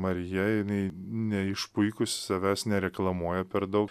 marija jinai neišpuikus savęs nereklamuoja per daug